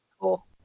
cool